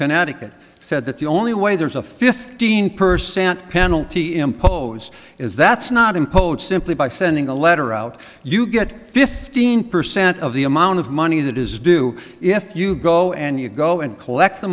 connecticut said that the only way there's a fifteen percent penalty imposed is that's not imposed simply by sending a letter out you get fifteen percent of the amount of money that is due if you go and you go and collect the